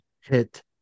hit